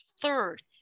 Third